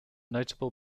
notable